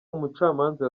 umucamanza